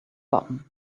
button